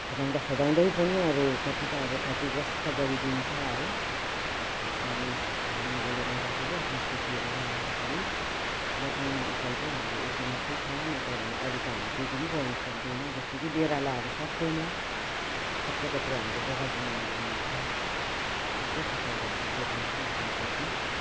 खेदाउँदा खेदाउँदै पनि अब कत्ति त अब क्षतिग्रस्त गरिदिन्छ है धानहरू लगाउँदाखेरि आफ्नो खेतीहरू लगाउँदाखेरि बचाउने उपाय चाहिँ हाम्रो यति मात्रै छ नत्र भने अरू त हामी केही पनि गर्नुसक्दनौँ जस्तो कि बेरा लगाएर सक्दैनौँ कत्रो कत्रो हाम्रो जग्गा जमिनहरू हुन्छ यस्तै प्रकारले हामी जोगाउँछौँ आफ्नो खेती